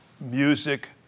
music